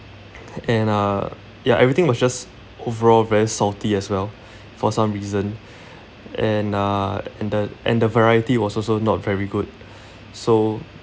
and uh ya everything was just overall very salty as well for some reason and uh and the and the variety was also not very good so